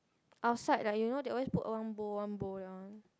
outside like you know they always put one bowl one bowl that one